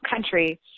country